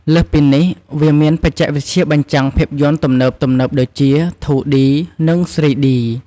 លើសពីនេះ វាមានបច្ចេកវិទ្យាបញ្ចាំងភាពយន្តទំនើបៗដូចជា ធូឌី (2D) និង ស្រ៊ីឌី (3D)។